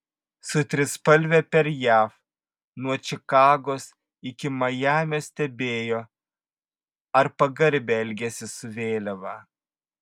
su trispalve per jav nuo čikagos iki majamio stebėjo ar pagarbiai elgiasi su vėliava